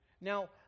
Now